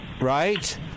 Right